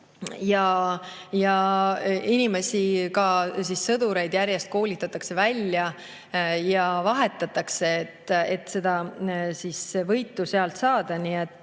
ja inimesi, ka sõdureid järjest koolitatakse välja ja vahetatakse, et sõda võita.